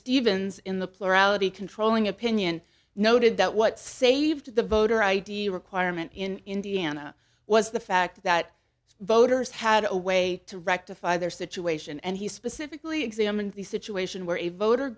stevens in the plurality controlling opinion noted that what saved the voter id requirement in indiana was the fact that voters had a way to rectify their situation and he specifically examined the situation where a voter